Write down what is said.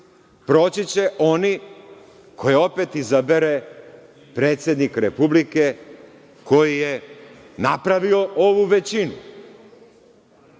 proći će oni koje opet izabere predsednik Republike koji je napravio ovu većinu.